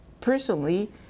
personally